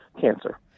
Cancer